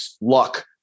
luck